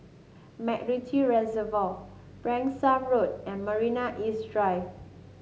MacRitchie Reservoir Branksome Road and Marina East Drive